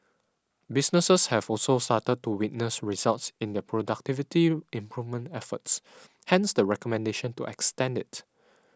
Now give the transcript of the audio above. businesses have also started to witness results in their productivity improvement efforts hence the recommendation to extend it